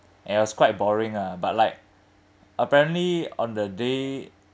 and it was quite boring ah but like apparently on the day